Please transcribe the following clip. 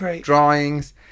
drawings